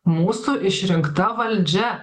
mūsų išrinkta valdžia